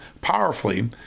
powerfully